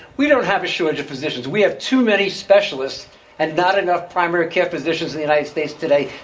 we don't have a shortage of physicians. we have too many specialists and not enough primary care physicians in the united states today.